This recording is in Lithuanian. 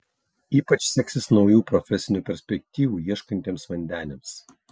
ypač seksis naujų profesinių perspektyvų ieškantiems vandeniams